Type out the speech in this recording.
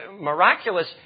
miraculous